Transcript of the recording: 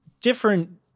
different